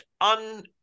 un